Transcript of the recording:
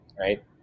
right